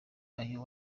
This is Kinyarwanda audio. ayo